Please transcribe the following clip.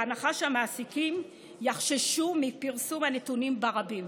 בהנחה שהמעסיקים יחששו מפרסום הנתונים ברבים.